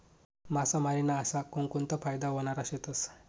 मासामारी ना अशा कोनकोनता फायदा व्हनारा शेतस?